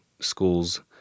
schools